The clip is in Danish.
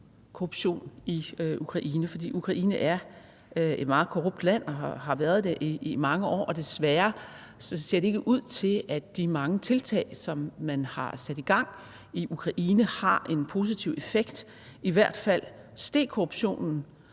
korruption i Ukraine, for Ukraine er et meget korrupt land og har været det i mange år, og desværre ser det ikke ud til, at de mange tiltag, som man har sat i gang i Ukraine, har en positiv effekt. I hvert fald steg korruptionen